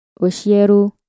Oshieru